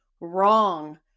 wrong